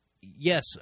yes